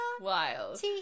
Wild